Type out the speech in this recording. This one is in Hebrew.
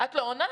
את לא עונה.